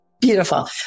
Beautiful